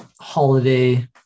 holiday